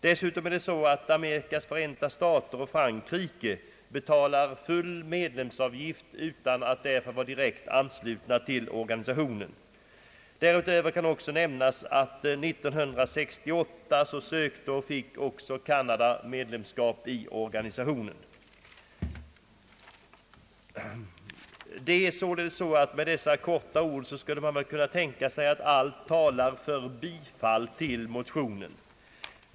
Dessutom betalar Amerikas förenta stater och Frankrike full medlemsavgift utan att vara direkt anslutna till organisationen. Därutöver kan nämnas att 1968 sökte och fick också Kanada medlemskap i organisationen. Med dessa fakta som grund skulle man kunna tänka sig att allt talar för motionen.